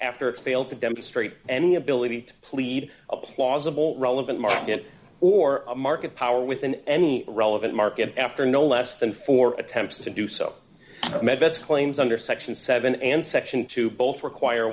it's failed to demonstrate any ability to plead a plausible relevant market or a market power within any relevant market after no less than four attempts to do so meds claims under section seven and section two both require